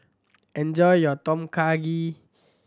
enjoy your Tom Kha